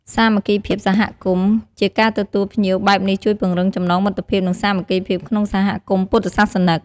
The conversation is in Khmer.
វាបង្កើតបរិយាកាសកក់ក្តៅ និងការយកចិត្តទុកដាក់គ្នាទៅវិញទៅមក ដែលជាមូលដ្ឋានគ្រឹះនៃសន្តិភាព និងភាពសុខដុមរមនាក្នុងសង្គម។